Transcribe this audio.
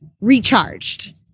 recharged